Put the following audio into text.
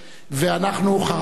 ואנחנו חרגנו.